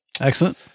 excellent